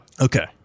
Okay